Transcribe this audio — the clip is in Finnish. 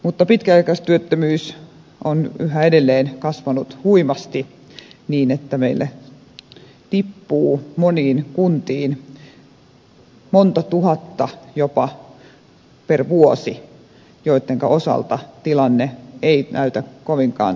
mutta pitkäaikaistyöttömyys on yhä edelleen kasvanut huimasti niin että meille tippuu moniin kuntiin jopa monta tuhatta per vuosi joidenka osalta tilanne ei näytä kovinkaan ruusuiselta